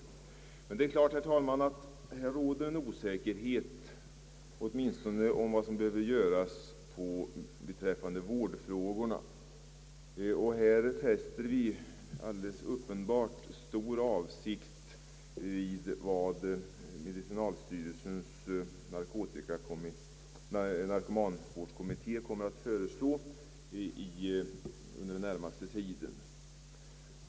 Det råder t.ex. osäkerhet om vad som behöver göras beträffande vårdfrågorna. Här fäster vi stort avseende vid vad medicinalstyrelsens narkomanvårdskommitté kommer att föreslå under den närmaste tiden.